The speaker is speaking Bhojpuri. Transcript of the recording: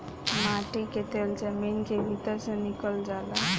माटी के तेल जमीन के भीतर से निकलल जाला